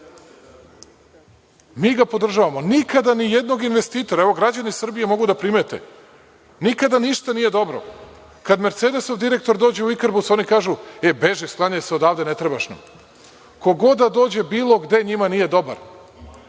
mi ga podržavamo. Nikada ni jednog investitora. Građani Srbije mogu da primete. Nikada ništa nije dobro. Kada „Mercedesov“ direktor dođe u „Ikarbus“, oni kažu – beži, sklanjaj se odatle, ne trebaš nam. Ko god da dođe bilo gde, njima nije dobar.